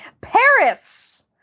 Paris